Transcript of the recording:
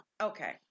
Okay